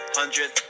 hundred